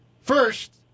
first